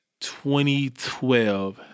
2012